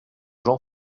jean